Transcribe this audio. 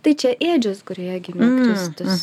tai čia ėdžios kurioje gimė kristus